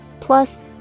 Plus